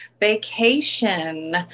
Vacation